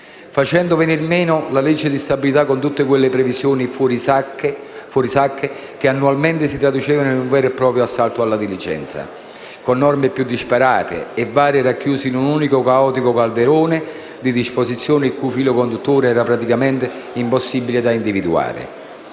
facendo venire meno la legge di stabilità, con tutte quelle previsioni fuori sacco che annualmente si traducevano in un vero e proprio assalto alla diligenza, con le norme più disparate e varie racchiuse in un unico, caotico calderone di disposizioni, il cui filo conduttore era praticamente impossibile da individuare.